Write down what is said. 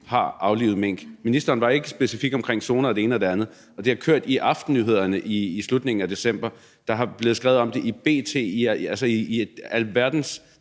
har aflivet mink. Ministeren var ikke specifik omkring zoner og det ene og det andet. Det har kørt i aftennyhederne i slutningen af december; der er blevet skrevet om det i B.T. Altså, alverdens